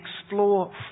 explore